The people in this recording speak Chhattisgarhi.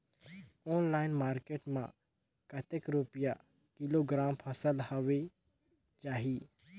ऑनलाइन मार्केट मां कतेक रुपिया किलोग्राम फसल हवे जाही?